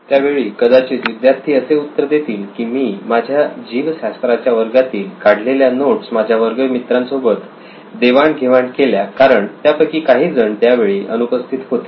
त्यावेळी कदाचित विद्यार्थी असे उत्तर देतील की मी माझ्या जीव शास्त्राच्या वर्गातील काढलेल्या नोट्स माझ्या वर्ग मित्रांसोबत देवाण घेवाण केल्या कारण त्यापैकी काही जण त्या वेळी अनुपस्थित होते